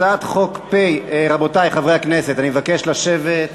הצעת חוק, רבותי חברי הכנסת, אני מבקש לשבת.